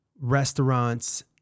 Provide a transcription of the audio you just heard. restaurants